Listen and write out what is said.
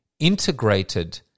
integrated